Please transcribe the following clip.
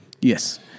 Yes